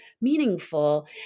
meaningful